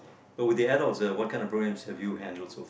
but with the adults what kind of programs have you handle so far